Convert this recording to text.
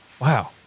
Wow